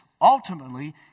ultimately